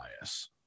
bias